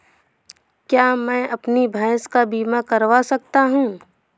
क्या मैं अपनी भैंस का बीमा करवा सकता हूँ?